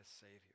savior